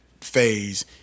phase